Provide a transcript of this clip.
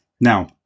Now